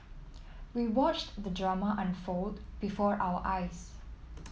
we watched the drama unfold before our eyes